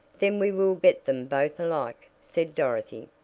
then we will get them both alike, said dorothy,